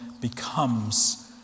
becomes